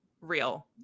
real